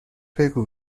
بگو